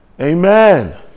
Amen